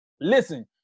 listen